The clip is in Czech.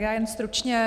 Já jen stručně.